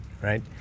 right